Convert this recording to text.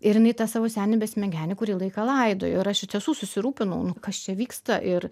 ir jinai tą savo senį besmegenį kurį laiką laidojo ir aš iš tiesų susirūpinau nu kas čia vyksta ir